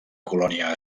colònia